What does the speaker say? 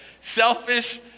selfish